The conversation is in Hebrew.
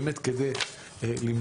באמת כדי למדוד,